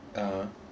(uh huh)